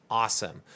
awesome